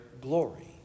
glory